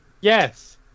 Yes